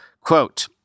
Quote